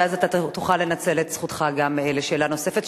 ואז אתה תוכל לנצל את זכותך גם לשאלה נוספת,